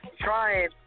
trying